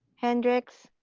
hendricks,